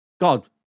God